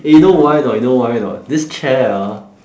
eh you know why or not you know why or not this chair ah